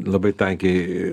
labai tankiai